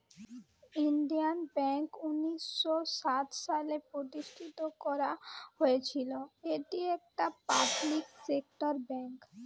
Indian bank উনিশ শ সাত সালে প্রতিষ্ঠান করা হয়েছিল, এটি একটি পাবলিক সেক্টর বেঙ্ক